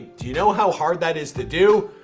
do you know how hard that is to do?